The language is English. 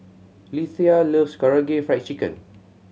Lethia loves Karaage Fried Chicken